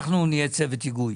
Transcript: אנחנו נהיה צוות היגוי.